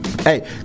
Hey